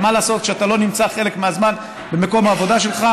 מה לעשות?